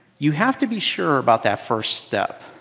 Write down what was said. you have to be sure about that first step.